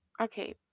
Okay